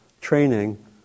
training